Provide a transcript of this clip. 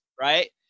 Right